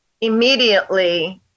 immediately